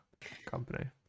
company